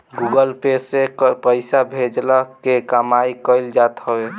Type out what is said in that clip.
Google Pay से पईसा भेजला के काम कईल जात हवे